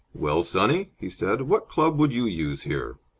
well, sonny, he said, what club would you use here?